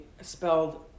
spelled